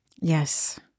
Yes